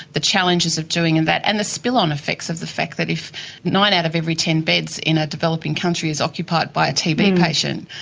the challenges of doing and that, and the spill-on effects of the fact that if nine out of every ten beds in a developing country is occupied by a tb patient,